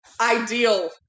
Ideal